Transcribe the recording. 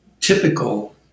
typical